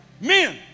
men